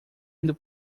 indo